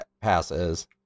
passes